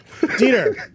Dieter